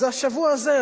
אז השבוע הזה,